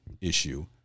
issue